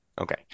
Okay